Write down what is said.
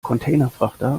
containerfrachter